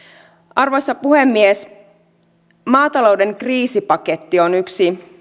arvoisa puhemies maatalouden kriisipaketti on yksi